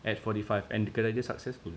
at forty five and kedai dia successful